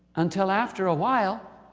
until after a while,